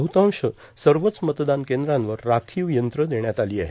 बहुतांश सवच मतदान कद्रांवर राखीव यंत्र देण्यात आलो आहेत